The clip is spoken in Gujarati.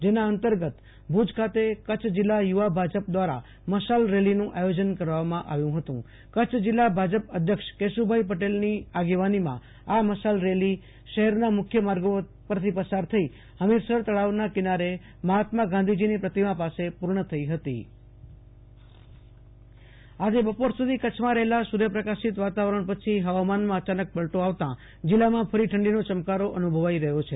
જેના અંતર્ગત જિલ્લા મથક ભુજ ખાતે કચ્છ જિલ્લા યુ વા ભાજપ દ્રારા મશાલ રેલીનું આયોજન કરવામાં આવ્યુ હતું કચ્છ જિલ્લા ભાજપ અધ્યક્ષ કેશુ ભાઈ પટેલની આગેવાનીમાં આ મશાલ રેલી શહેરના મુ ખ્ય માર્ગો પરથી પસાર થઈ હમીસર તળાવના કિનારે મહાત્મા ગાંધીજીની પ્રતિમા પાસે પુર્ણ થઈ હતી આશુ તોષ અંતાણી ક ચ્છ હવામાન આજે બપોર સુધી કચ્છમાં રહેલા સુર્યપ્રકાશિત વાતાવરણ પછી હવામાનમાં અચાનક પલટો આવતા જીલ્લામાં ફરી ઠંડીનો ચમકારો અનુભવાઈ રહ્યો છે